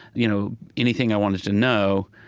you know anything i wanted to know,